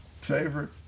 favorite